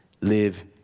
live